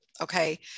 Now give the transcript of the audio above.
Okay